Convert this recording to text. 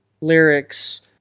lyrics